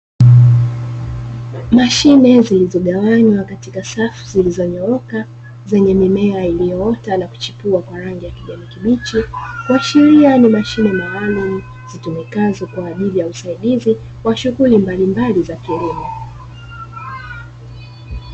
Mashine zilizogawanywa katika safu zilizonyooka, zenye mimea iliyoota na kuchipua kwa rangi ya kijani kibichi, kuashiria ni mashine maalumu zitumikazo kwa ajili ya usaidizi wa shughuli mbalimbali za kilimo.